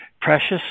Precious